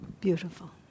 Beautiful